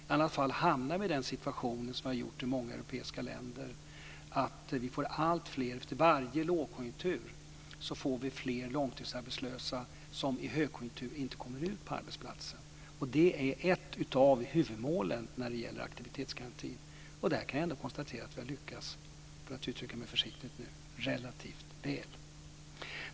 I annat fall hamnar vi i den situation som har uppstått i många europeiska länder, att det efter varje lågkonjunktur blir fler långtidsarbetslösa som i högkonjunktur inte kommer ut på arbetsmarknaden. Detta är ett av huvudmålen när det gäller aktivitetsgarantin. I det fallet kan jag ändå konstatera att vi har lyckats relativt väl, för att uttrycka mig försiktigt.